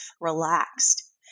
relaxed